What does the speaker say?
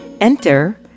Enter